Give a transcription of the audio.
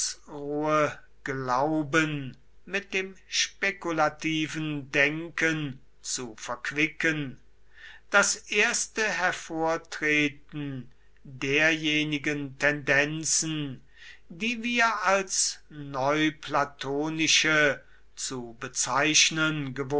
rohe glauben mit dem spekulativen denken zu verquicken das erste hervortreten derjenigen tendenzen die wir als neuplatonische zu bezeichnen